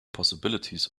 possibilities